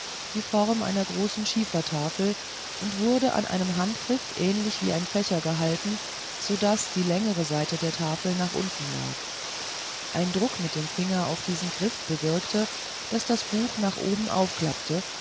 die form einer großen schiefertafel und wurde an einem handgriff ähnlich wie ein fächer gehalten so daß die längere seite der tafel nach unten lag ein druck mit dem finger auf diesen griff bewirkte daß das buch nach oben aufklappte